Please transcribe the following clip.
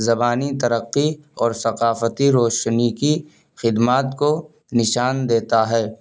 زبانی ترقّی اور ثقافتی روشنی کی خدمات کو نشان دیتا ہے